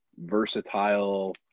versatile